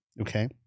Okay